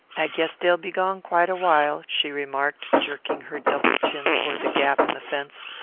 i guess dey'll be gone quite a while, she remarked, jerking her double chin toward the gap in the fence.